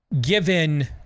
given